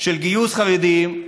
של גיוס חרדים,